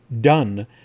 done